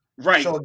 Right